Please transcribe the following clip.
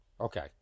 Okay